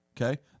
Okay